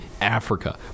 Africa